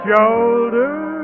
Shoulder